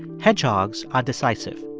hedgehogs are decisive.